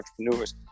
entrepreneurs